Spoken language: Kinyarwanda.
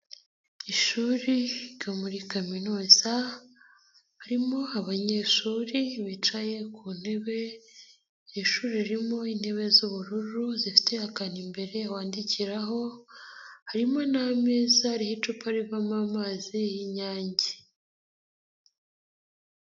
Ishuri ryo muri kaminuza, harimo abanyeshuri bicaye ku ntebe, ishuri ririmo intebe z'ubururu zifite akanu imbere bandikiraho, harimo n'ameza n'icupa rivamo amazi y'inyange.